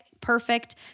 perfect